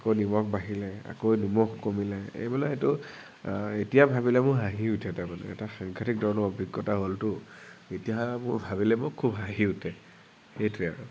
আকৌ নিমখ বাঢ়িলে আকৌ নিমখ কমিলে এইবিলাক এইটো এতিয়া ভাবিলে মোৰ হাঁহি উঠে তাৰমানে এটা সাংঘাটিক ধৰণৰ অভিজ্ঞতা হ'লতো এতিয়া মোৰ ভাবিলে মোৰ খুব হাঁহি উঠে সেইটোৱে আৰু